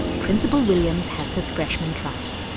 principal williams has his freshman class